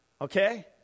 Okay